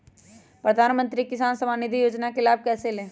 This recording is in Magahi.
प्रधानमंत्री किसान समान निधि योजना का लाभ कैसे ले?